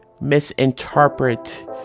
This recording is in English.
misinterpret